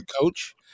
coach